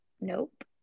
nope